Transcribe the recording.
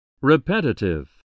Repetitive